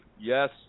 yes